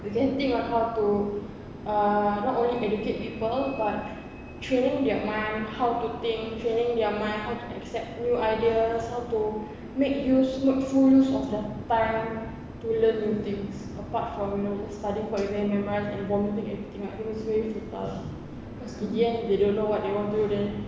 you can think of how to uh not only educate people but training their mind how to think training their mind how to accept new ideas how to make use make full use of the time to learn new things apart from you know just studying for exam memorise then vomiting everything out I think it's really futile in the end they don't know what they want to do then